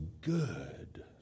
good